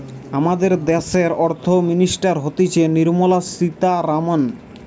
আমাদের দ্যাশের অর্থ মিনিস্টার হতিছে নির্মলা সীতারামন